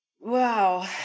Wow